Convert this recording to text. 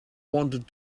wanted